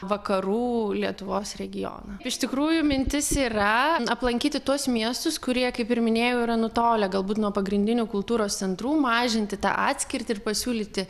vakarų lietuvos regioną iš tikrųjų mintis yra aplankyti tuos miestus kurie kaip ir minėjau yra nutolę galbūt nuo pagrindinių kultūros centrų mažinti tą atskirtį ir pasiūlyti